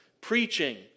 preaching